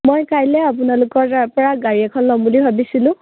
মই কাইলৈ আপোনালোকৰ তাৰ পৰা গাড়ী এখন ল'ম বুলি ভাবিছিলোঁ